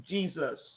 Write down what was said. Jesus